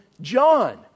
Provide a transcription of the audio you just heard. John